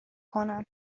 کنم